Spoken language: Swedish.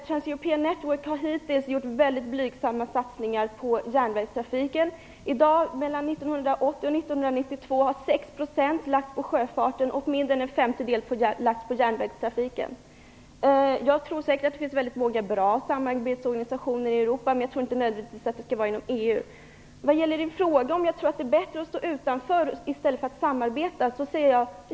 Transeuropean Network har hittills gjort mycket blygsamma satsningar på järnvägstrafiken. Mellan 1980 och 1992 har 6 % lagts på sjöfarten och mindre än en femtedel på järnvägstrafiken. Jag tror säkert att det finns många bra samarbetsorganisationer i Europa men jag tror inte att de nödvändigtvis finns inom EU. Karin Falkmer frågade om jag tror att det är bättre att stå utanför än att samarbeta.